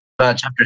Chapter